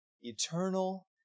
eternal